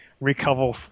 recover